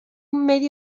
medio